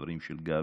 הדברים של גבי,